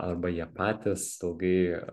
arba jie patys ilgai